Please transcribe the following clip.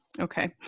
Okay